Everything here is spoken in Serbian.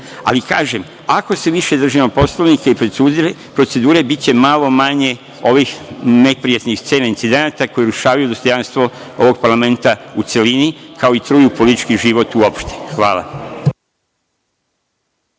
kažem, ako se više držimo Poslovnika i procedure biće malo manje ovih neprijatnih scena i incidenata koji narušavaju dostojanstvo ovog parlamenta u celini, kao i truju politički život uopšte. Hvala.